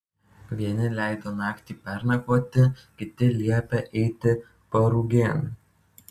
vieni leido naktį pernakvoti kiti liepė eiti parugėn